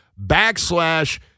backslash